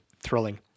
thrilling